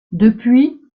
depuis